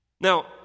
Now